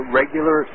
regular